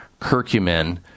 curcumin